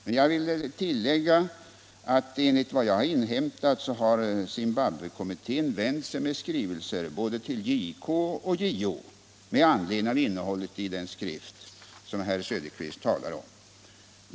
Men jag vill tillägga att enligt vad jag har inhämtat har Zimbabwekommittén vänt sig med skrivelser till både JK och JO med anledning av innehållet i den skrift som herr Söderqvist talar om.